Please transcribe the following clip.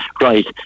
right